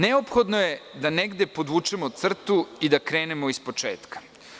Neophodno je da negde podvučemo crtu i da krenemo iz početka.